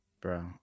Bro